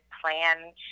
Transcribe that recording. plan